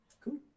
Cool